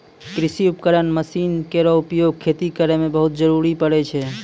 कृषि उपकरण मसीन केरो उपयोग खेती करै मे बहुत जरूरी परै छै